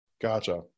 Gotcha